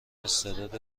استعداد